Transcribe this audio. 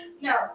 No